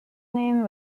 name